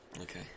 Okay